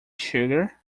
sugar